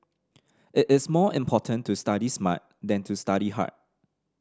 it is more important to study smart than to study hard